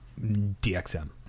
DXM